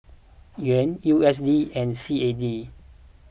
Yuan U S D and C A D